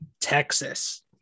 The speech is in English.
Texas